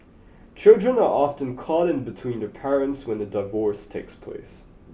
children are often caught in between their parents when a divorce takes place